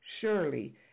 Surely